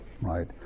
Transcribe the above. Right